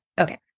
Okay